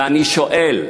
ואני שואל: